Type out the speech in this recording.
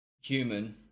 human